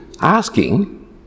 asking